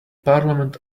parliament